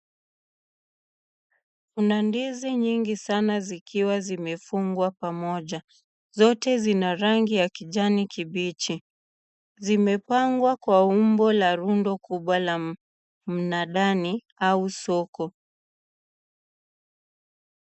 Kuna ndizi nyingi sana zikiwa zimefungwa pamoja. Zote zina rangi ya kijani kibichi. Zimepangwa kwa umbo la rundo kubwa la mnadani au soko.